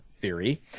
theory